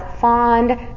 fond